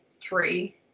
three